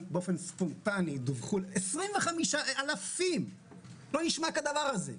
באופן ספונטני דווחו 25,000. לא נשמע כדבר הזה.